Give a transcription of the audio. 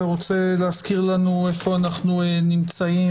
אתה רוצה להזכיר לנו איפה אנחנו נמצאים.